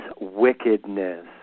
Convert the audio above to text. wickedness